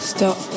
Stop